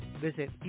visit